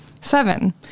Seven